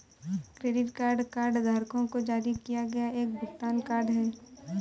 credit card कार्डधारकों को जारी किया गया एक भुगतान कार्ड है